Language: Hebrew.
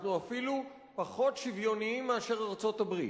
אנחנו אפילו פחות שוויוניים מאשר ארצות-הברית,